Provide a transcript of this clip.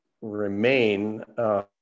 remain